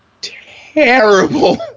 terrible